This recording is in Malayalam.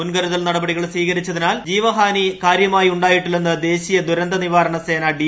മുൻകരുതൽ നടപടികൾ സ്വീകരിച്ചതിനാൽ ജീവഹാനി അധികം ഉണ്ടായിട്ടില്ലെന്ന് ദേശീയ ദുരന്തനിവാരണ സേന ഡി